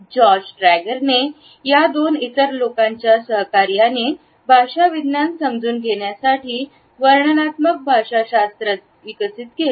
George ट्रॅगरने या दोन इतर लोकांच्या सहकार्याने भाषाविज्ञान समजून घेण्यासाठी वर्णनात्मक भाषाशास्त्र विकसित केले